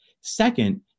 Second